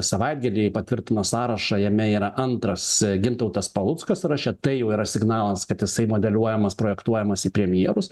savaitgalį patvirtino sąrašą jame yra antras gintautas paluckas sąraše tai jau yra signalas kad jisai modeliuojamas projektuojamas į premjerus